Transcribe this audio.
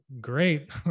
great